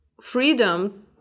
freedom